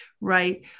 right